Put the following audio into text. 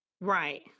Right